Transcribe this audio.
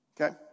Okay